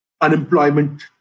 unemployment